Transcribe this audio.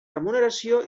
remuneració